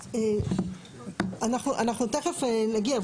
אנחנו תכף נגיע.